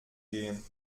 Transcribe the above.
gehen